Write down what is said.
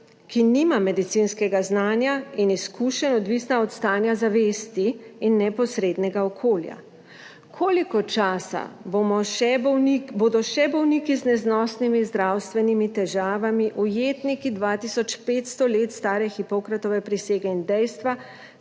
ki nima medicinskega znanja in izkušenj, odvisna od stanja zavesti in neposrednega okolja. Koliko časa bodo še bolniki z neznosnimi zdravstvenimi težavami ujetniki 2 tisoč 500 let stare Hipokratove prisege in dejstva,